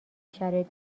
شرایط